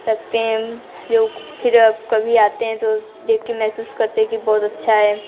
रखते है जो फिर आप कभी आते हैं तो देख के महसूस करते है कि बहुत अच्छा है